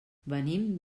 venim